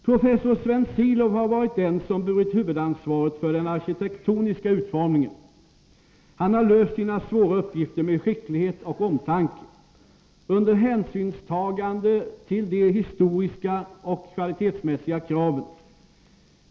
Professor Sven Silow har varit den som burit huvudansvaret för den arkitektoniska utformningen. Han har löst sina svåra uppgifter med skicklighet och omtanke, under hänsynstagande till de historiska och kvalitetsmässiga kraven.